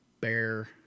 bear